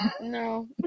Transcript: No